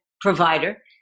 provider